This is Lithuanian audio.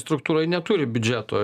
struktūroj neturi biudžeto